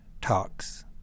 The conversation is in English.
talks